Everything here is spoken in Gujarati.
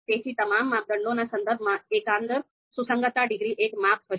તેથી તમામ માપદંડોના સંદર્ભમાં એકંદર સુસંગતતા ડિગ્રી એક માપ હશે